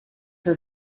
her